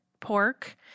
pork